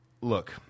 Look